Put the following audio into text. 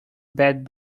bad